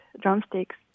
drumsticks